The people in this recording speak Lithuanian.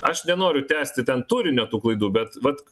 aš nenoriu tęsti ten turinio tų klaidų bet vat